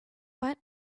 but